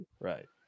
Right